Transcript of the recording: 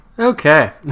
Okay